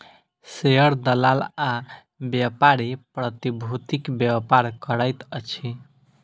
share दलाल आ व्यापारी प्रतिभूतिक व्यापार करैत अछि